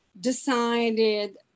decided